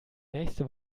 nächste